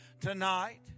tonight